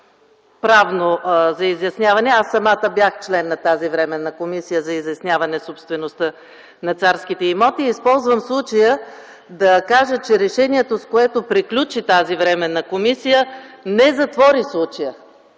правно за изясняване. Аз самата бях член на тази временна комисия за изясняване на собствеността на царските имоти. Използвам случая да кажа, че решението, с което приключи тази временна комисия, не затвори случая,